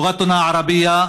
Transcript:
(אומר בערבית: